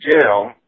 jail